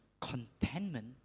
contentment